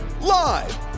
Live